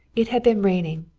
it had been raining,